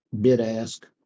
bid-ask